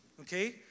Okay